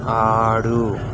ఆడు